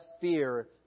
fear